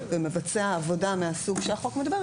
ומבצע עבודה מהסוג שהחוק מדבר,